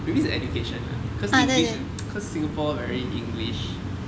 maybe is education ah cause english is cause singapore very english